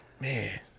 man